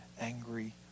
angry